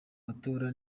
matora